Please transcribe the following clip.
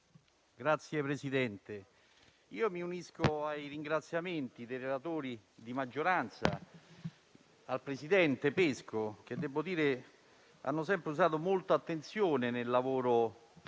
Signor Presidente, mi unisco ai ringraziamenti dei relatori di maggioranza al presidente Pesco, che devo dire ha sempre usato molta attenzione, nel lavoro della